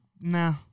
Nah